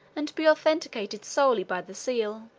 and to be authenticated solely by the seal.